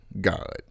god